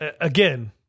again